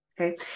Okay